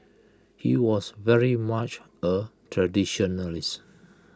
he was very much A traditionalist